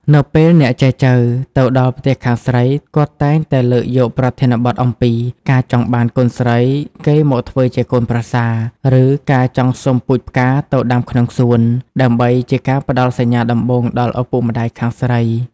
នៅពេលអ្នកចែចូវទៅដល់ផ្ទះខាងស្រី គាត់តែងតែលើកយកប្រធានបទអំពី "ការចង់បានកូនស្រីគេមកធ្វើជាកូនប្រសា" ឬ "ការចង់សុំពូជផ្កាទៅដាំក្នុងសួន" ដើម្បីជាការផ្ដល់សញ្ញាដំបូងដល់ឪពុកម្ដាយខាងស្រី។